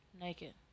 naked